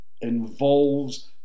involves